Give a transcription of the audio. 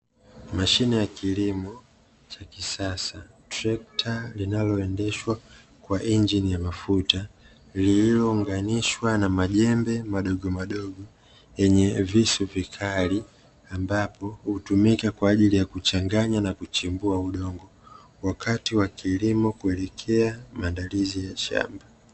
Mashine ya kilimo cha kisasa, trekta linaloendeshwa kwa injini ya mafuta lililounganishwa na majembe madogomadogo yenye visu vikali, ambapo hutumika kwa ajili ya kuchanganya na kuchimbua udongo wakati wa kilimo kuelekea maandalizi ya shamba.